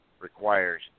requires